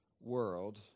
world